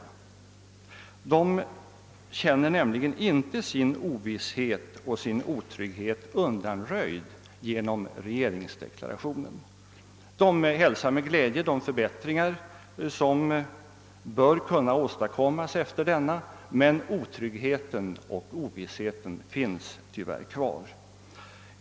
De känner inte sin ovisshet och otrygghet undanröjd genom regeringsdeklarationen. De hälsar med glädje de förbättringar som bör kunna åstadkommas efter denna, men otryggheten och ovissheten finns ty värr kvar.